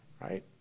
Right